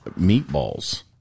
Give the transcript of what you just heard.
meatballs